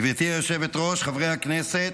גברתי היושבת-ראש, חברי הכנסת,